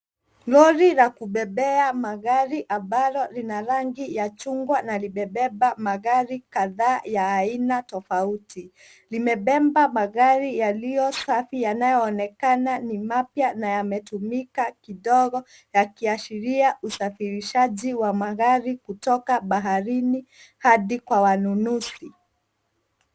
Lori la kubebea magari ambalo lina rangi ya chungwa na limebeba magari kadhaa ya aina tofauti. Limebeba magari yaliyo safi, yanaonekana ni mapya na yametumika kidogo, yakiashiria usafirishaji wa magari kutoka baharini hadi kwa wanunuzi.